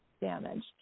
damaged